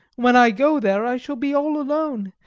when i go there i shall be all alone,